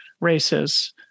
races